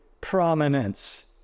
prominence